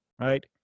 right